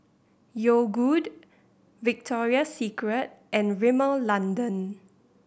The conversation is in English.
Yogood Victoria Secret and Rimmel London